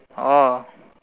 oh